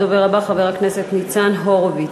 הדובר הבא, חבר הכנסת ניצן הורוביץ.